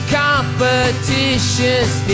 competition's